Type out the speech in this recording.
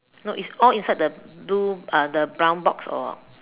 no it's all inside the blue uh the brown box or